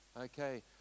Okay